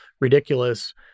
ridiculous